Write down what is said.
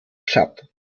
tschad